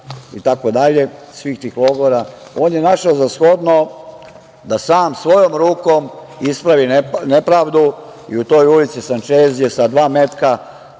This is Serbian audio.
itd, svih tih logora, on je našao za shodno da sam, svojom rukom, ispravi nepravdu i u toj ulici Sančez je sa dva metka